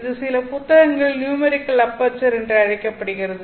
இது சில புத்தகங்களில் நியூமெரிக்கல் அபெர்ச்சர் என்று அழைக்கப்படுகிறது